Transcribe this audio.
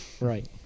Right